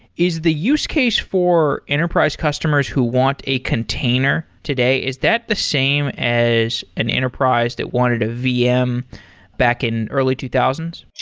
is the use case for enterprise customers who want a container today, is that the same as an enterprise they wanted a vm back in early two thousand